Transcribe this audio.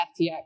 FTX